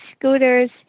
scooters